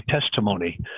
testimony